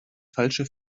falsche